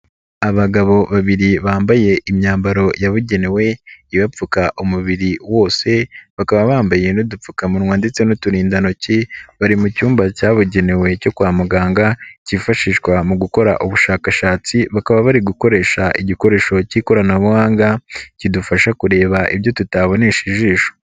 Abagabo babiri bambaye imyambaro yabugenewe ibapfuka umubiri wose bakaba bambaye n'udupfukamunwa ndetse n'uturindantoki, bari mu cyumba cyabugenewe cyo kwa muganga kifashishwa mu gukora ubushakashatsi bakaba bari gukoresha igikoresho k'ikoranabuhanga kidufasha kureba ibyo tutabonesha ijisho.